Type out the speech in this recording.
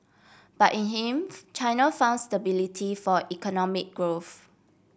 but in him China founds stability for economic growth